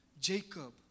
Jacob